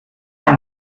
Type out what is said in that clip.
ein